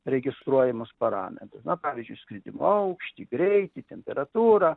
registruojamus parametrus na pavyzdžiui skridimo aukštį greitį temperatūrą